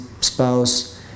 spouse